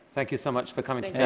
thank you so much for coming to